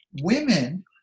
women